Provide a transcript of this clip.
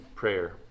Prayer